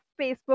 Facebook